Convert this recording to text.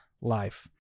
life